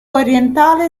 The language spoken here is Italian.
orientale